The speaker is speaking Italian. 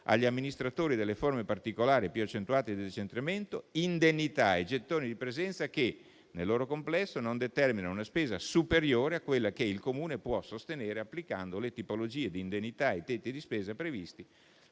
agli amministratori delle forme particolari più accentuate di decentramento, indennità e gettoni di presenza che, nel loro complesso, non determinano una spesa superiore a quella che il Comune può sostenere applicando le tipologie di indennità ai tetti di spesa previsti